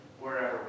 wherever